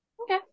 Okay